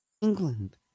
England